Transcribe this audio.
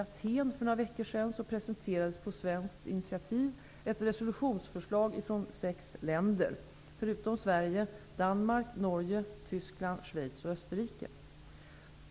Athen för några veckor sedan presenterades på svenskt initiativ ett resolutionsförslag från sex länder -- förutom Sverige: Danmark, Norge, Tyskland, Schweiz och Österrike.